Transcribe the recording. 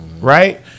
right